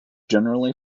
generally